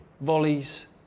Volleys